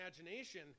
imagination